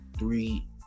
three